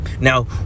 Now